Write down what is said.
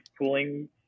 pooling